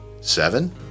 Seven